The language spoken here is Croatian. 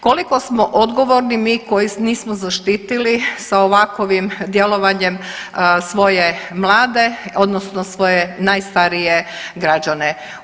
Koliko smo odgovorni mi koji nismo zaštitili sa ovakovim djelovanjem svoje mlade odnosno svoje najstarije građane?